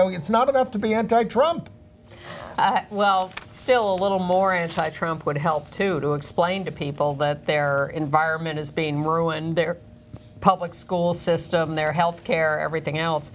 know it's not enough to be anti trump well still a little more inside trump would help to explain to people that their environment is being ruined their public school system their health care everything else